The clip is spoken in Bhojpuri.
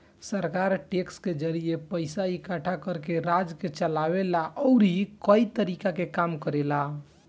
सरकार टैक्स के जरिए पइसा इकट्ठा करके राज्य के चलावे ला अउरी कई तरीका के काम करेला